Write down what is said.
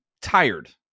tired